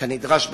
כנדרש בתקנות.